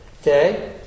Okay